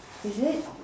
is it